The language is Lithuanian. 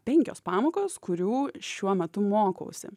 penkios pamokos kurių šiuo metu mokausi